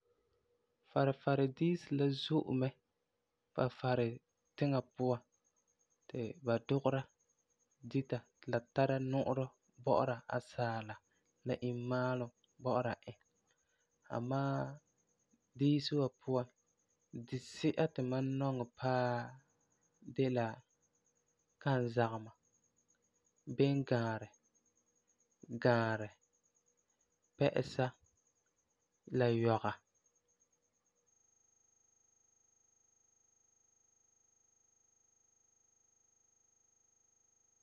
Farefari diisi la zo'e mɛ Farefari tiŋa puan ti ba dugera dita ti la tara nu'urɔ bɔ'ɔra asaala, la imma'asum bɔ'ɔra e, amaa diisi wa puan, disi'a ti mam nɔŋɛ paa de la; kanzagema, bengãarɛ, gãarɛ, pɛ'ɛsa la yɔga.